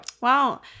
Wow